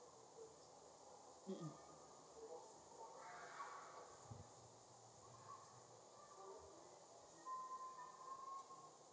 um um